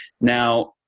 Now